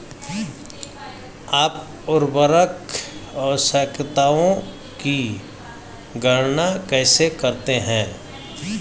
आप उर्वरक आवश्यकताओं की गणना कैसे करते हैं?